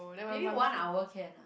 maybe one hour can ah